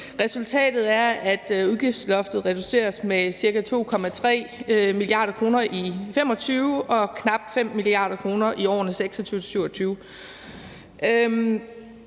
Resultatet er, at udgiftsloftet reduceres med ca. 2,3 mia. kr. i 2025 og knap 5 mia. kr. i årene 2026-2027.